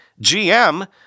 GM